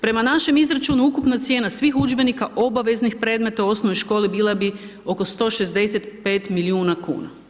Prema našem izračunu, ukupna cijena svih udžbenika obaveznih predmeta u osnovnoj školi bila bi oko 165 milijuna kuna.